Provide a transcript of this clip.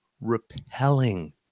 repelling